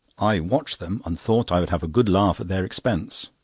i watched them, and thought i would have a good laugh at their expense,